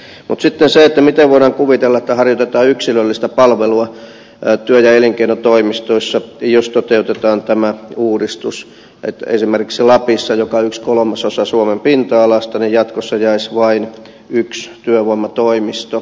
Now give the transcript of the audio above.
mutta miten sitten voidaan kuvitella että harjoitetaan yksilöllistä palvelua työ ja elinkeinotoimistoissa jos toteutetaan tämä uudistus että esimerkiksi lappiin joka on yksi kolmasosa suomen pinta alasta jatkossa jäisi vain yksi työvoimatoimisto